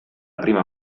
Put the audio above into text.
prima